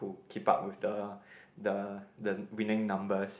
who keep up with the the the winning numbers